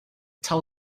tell